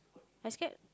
I scared